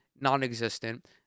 non-existent